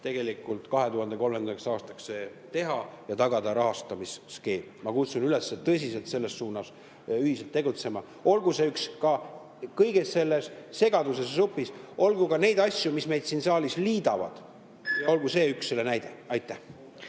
tegelikult see 2030. aastaks ära teha ja tagada rahastamisskeem. Ma kutsun üles tõsiselt selles suunas ühiselt tegutsema. Ka kõiges selles segaduses ja supis olgu ka neid asju, mis meid siin saalis liidavad, ja olgu see üks näide. Aitäh!